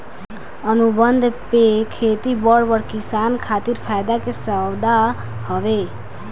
अनुबंध पे खेती बड़ बड़ किसान खातिर फायदा के सौदा हवे